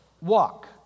walk